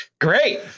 Great